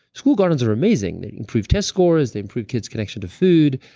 school gardens are amazing they improve test scores. they improve kids' connections to food.